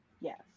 Yes